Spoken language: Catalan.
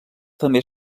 també